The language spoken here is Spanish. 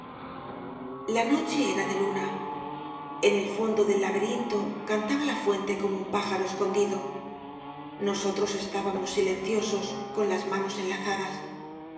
la noche era de luna en el londo del laberinto cantaba la fuente como un pájaro escondido nosotros estábamos silenciosos con las manos enlazadas